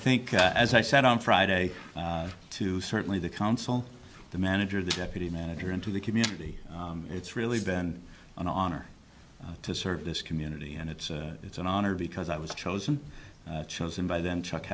think as i said on friday to certainly the council the manager the deputy manager and to the community it's really been an honor to serve this community and it's it's an honor because i was chosen chosen by then chuck